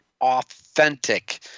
Authentic